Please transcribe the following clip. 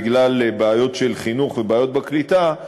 בגלל בעיות של חינוך ובעיות בקליטה,